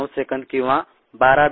9 second किंवा 12